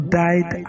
died